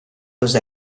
los